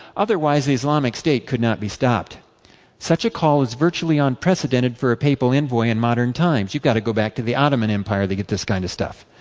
otherwise the islamic state could not be stopped such a call is virtually unprecedented for a papal envoy in modern times. you have got to go back to the ottoman empire to get this kind of stuff.